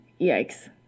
Yikes